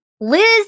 Liz